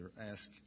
ask